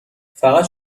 فقط